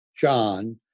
John